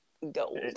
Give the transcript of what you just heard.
gold